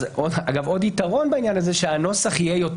עוד יתרון בעניין הזה שהנוסח יהיה יותר